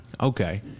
Okay